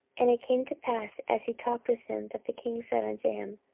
and it came to pass, as he talked with him, that the king said unto him,